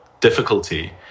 difficulty